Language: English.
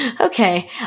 okay